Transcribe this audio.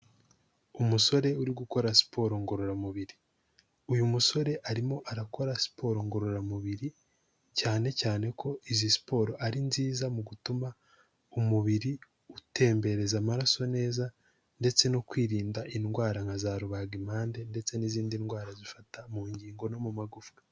Umusore uri gukora siporo ngororamubiri. Uyu musore arimo arakora siporo ngororamubiri, cyane cyane ko izi siporo ari nziza mu gutuma umubiri utembereza amaraso neza ndetse no kwirinda indwara nka za rubagimpande ndetse n'izindi ndwara zifata mu ngingo no mu magufwa.